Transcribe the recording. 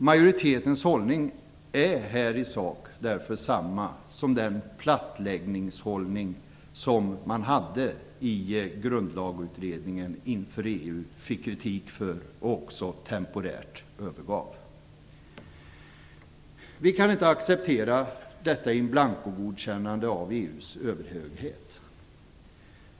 Majoritetens hållning är i sak samma som den plattläggningshållning som man i Grundlagsutredningen inför EU fick kritik för och också temporärt övergav. Vi kan inte acceptera detta in blanco-godkännande av EU:s överhöghet.